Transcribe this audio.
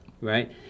Right